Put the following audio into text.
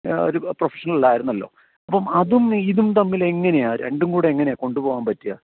ഒരു പ്രൊഫെഷനൽ ആയിരുന്നല്ലോ അപ്പം അതും ഇതും തമ്മിൽ എങ്ങനെയാ രണ്ടും കൂടെ എങ്ങനെയാ കൊണ്ടുപോവാൻ പറ്റുക